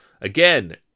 Again